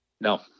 No